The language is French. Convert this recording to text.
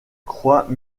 croix